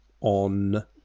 on